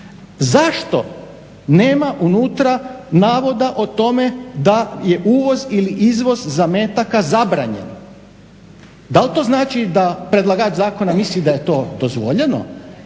Zašto nema unutra navoda o tome da je uvoz ili izvoz zametaka zabranjen? Dal to znači da predlagač zakona misli da je to dozvoljeno,